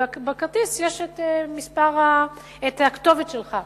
ובכרטיס יש הכתובת שלך.